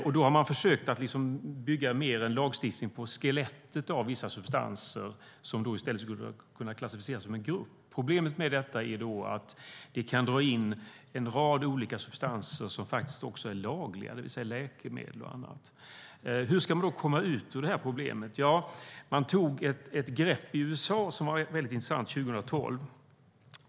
Man har försökt bygga en lagstiftning mer på skelettet av vissa substanser, som i stället skulle kunna klassificeras som en grupp. Problemet med detta är att det kan dra in en rad olika substanser som faktisk är lagliga, det vill säga läkemedel och annat. Hur ska man komma åt det problemet? I USA tog man ett intressant grepp 2012.